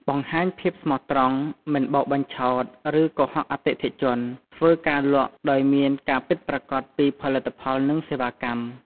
បង្ហាញភាពស្មោះត្រង់ មិនបោកបញ្ឆោត ឬកុហកអតិថិជន ធ្វើការលក់ដោយមានការពិតប្រាកដពីផលិតផល និងសេវាកម្ម។